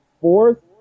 fourth